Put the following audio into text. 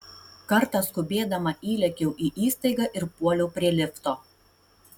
kartą skubėdama įlėkiau į įstaigą ir puoliau prie lifto